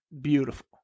beautiful